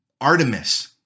Artemis